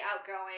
outgoing